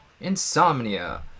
Insomnia